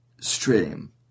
stream